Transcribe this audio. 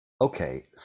Okay